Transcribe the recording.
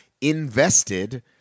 invested –